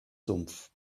sumpf